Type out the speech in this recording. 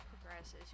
progresses